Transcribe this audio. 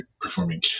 performing